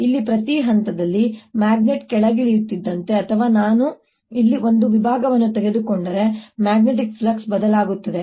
ಇಲ್ಲಿ ಪ್ರತಿ ಹಂತದಲ್ಲಿ ಮ್ಯಾಗ್ನೆಟ್ ಕೆಳಗಿಳಿಯುತ್ತಿದ್ದಂತೆ ಅಥವಾ ನಾನು ಇಲ್ಲಿ ಒಂದು ವಿಭಾಗವನ್ನು ತೆಗೆದುಕೊಂಡರೆ ಮ್ಯಾಗ್ನೆಟಿಕ್ ಫ್ಲಕ್ಸ್ ಬದಲಾಗುತ್ತದೆ